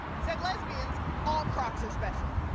said lesbians all crocs are special